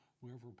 wherever